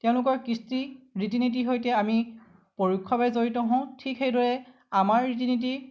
তেওঁলোকৰ কৃষ্টি ৰীতি নীতিৰ সৈতে আমি পৰোক্ষভাৱে জড়িত হওঁ ঠিক সেইদৰে আমাৰ ৰীতি নীতি